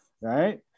right